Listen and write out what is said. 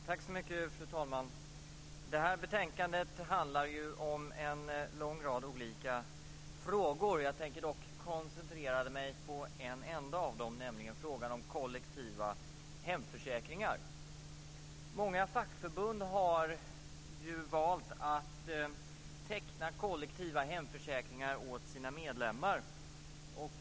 Fru talman! Det här betänkandet handlar om en lång rad olika frågor. Jag tänker dock koncentrera mig på en enda av dem, nämligen frågan om kollektiva hemförsäkringar. Många fackförbund har ju valt att teckna kollektiva hemförsäkringar åt sina medlemmar.